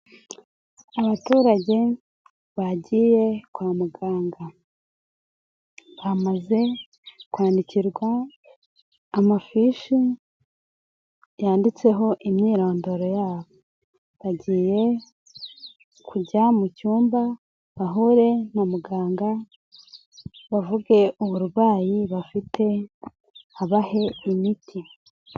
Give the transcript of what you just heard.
Abaturage bagiye kwa muganga, bamaze kwandikirwa amafishi yanditseho imyirondoro yabo, bagiye kujya mu cyumba bahure na muganga bavuge uburwayi bafite babahe imiti.